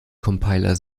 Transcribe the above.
compiler